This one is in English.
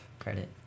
credit